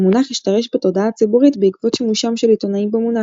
המונח השתרש בתודעה הציבורית בעקבות שימושם של עיתונאים במונח,